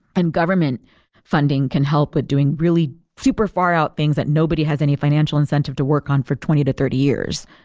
and government funding can help with doing really super far out things that nobody has any financial incentive to work on for twenty to thirty years.